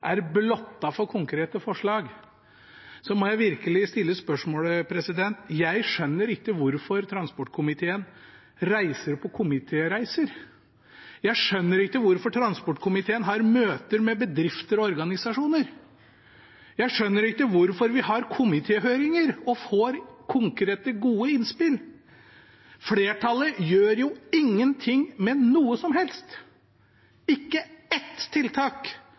er blottet for konkrete forslag, må jeg virkelig stille spørsmålet: Jeg skjønner ikke hvorfor transportkomiteen reiser på komitéreiser. Jeg skjønner ikke hvorfor transportkomiteen har møter med bedrifter og organisasjoner. Jeg skjønner ikke hvorfor vi har komitéhøringer og får konkrete, gode innspill. Flertallet gjør jo ingenting med noe som helst. Ikke ett tiltak